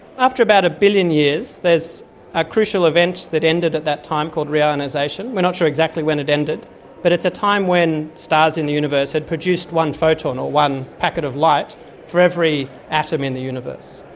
after about a billion years there is a crucial event that ended at that time called re-ionisation. we're not sure exactly when it ended but it's a time when stars in the universe had produced one photon or one packet of light for every atom in the universe.